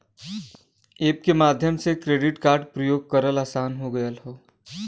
app के माध्यम से क्रेडिट कार्ड प्रयोग करना आसान हो गयल हौ